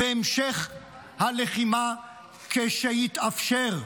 והמשך הלחימה כשיתאפשר.